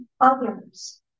others